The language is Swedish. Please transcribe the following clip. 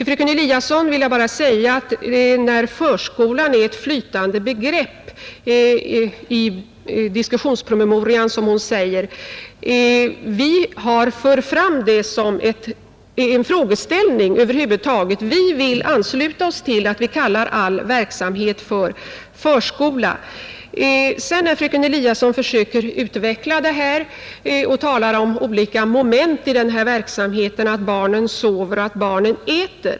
Fröken Eliasson säger att förskolan är ett flytande begrepp i barnstugeutredningens diskussionspromemoria. Vi för fram förslaget som en frågeställning över huvud taget. Vi vill ansluta oss till idén och kalla all verksamhet förskola. Fröken Eliasson försöker utveckla det hela och talar om olika moment i verksamheten; barnen sover, barnen äter.